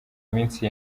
minsi